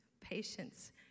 patience